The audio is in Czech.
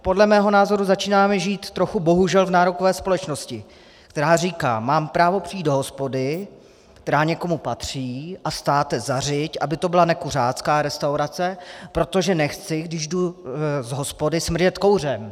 Podle mého názoru začínáme žít trochu bohužel v nárokové společnosti, která říká: Mám právo přijít do hospody, která někomu patří, a státe zařiď, aby to byla nekuřácká restaurace, protože nechci, když jdu z hospody, smrdět kouřem.